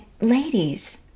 ladies